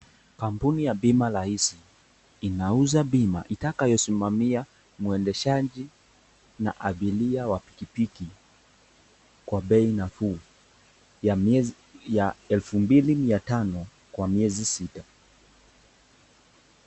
Kampuni ya bima ya rahisi, linauza bima, itakayosimamia mwendeshaji, na abilia wa pikipiki, kwa bei nafuu, ya miezi, ya elfu mbili mia tano, kwa miezi sita.